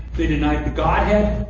they denied the godhead.